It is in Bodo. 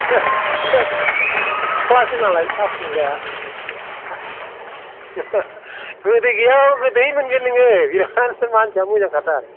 सिख्लासो नालाय साहा फुदुंग्राया गोदै गैयाबाबो गोदै मोनगोन नोङो बिराद मानसिया मोजां खाथार